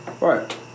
Right